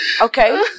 Okay